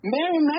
Mary